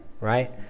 right